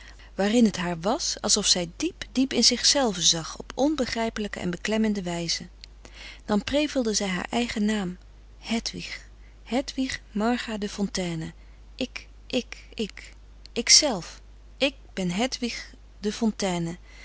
waarin het haar was alsof zij diep diep in zichzelve zag op onbegrijpelijke en beklemmende wijze dan prevelde zij haar eigen naam hedwig hedwig marga de fontayne ik ik ik ikzelf ik ben hedwig de